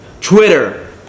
Twitter